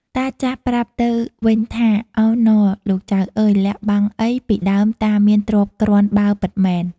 តាចាស់ប្រាប់ទៅវិញថា “ ឱហ្ន៎! លោកចៅអើយ! លាក់បាំងអ៊ីពីដើមតាមានទ្រព្យគ្រាន់បើពិតមែន។